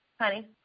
Honey